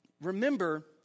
remember